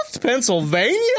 Pennsylvania